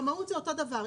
במהות זה אותו דבר.